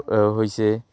হৈছে